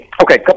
okay